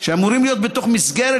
שבו הם אמורים להיות בתוך מסגרת,